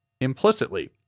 implicitly